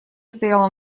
стояла